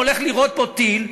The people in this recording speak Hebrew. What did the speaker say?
הולך להיירות לפה טיל,